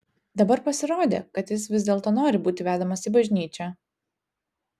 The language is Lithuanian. dabar pasirodė kad jis vis dėlto nori būti vedamas į bažnyčią